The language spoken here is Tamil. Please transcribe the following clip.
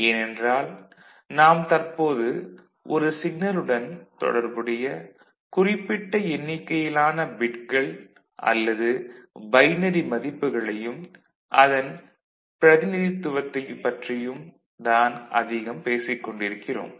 ஏன் என்றால் நாம் தற்போது ஒரு சிக்னலுடன் தொடர்புடைய குறிப்பிட்ட எண்ணிக்கையிலான பிட்கள் அல்லது பைனரி மதிப்புகளையும் அதன் பிரதிநிதித்துவத்தைப் பற்றியும் தான் அதிகம் பேசிக்கொண்டிருக்கிறோம்